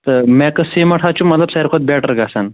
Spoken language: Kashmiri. تہٕ میٚکس سیٖمنٛیٹ حظ چھُ مَگر سارِوٕے کھۅتہٕ بیٚٹر گژھان